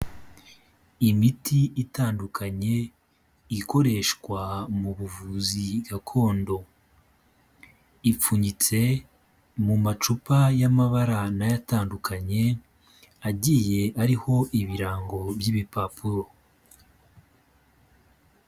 Imiti itandukanye ikoreshwa mu buvuzi gakondo. Ipfunyitse mu macupa y'amabara na yo atandukanye, agiye ariho ibirango by'ibipapuro.